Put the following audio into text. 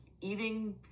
eating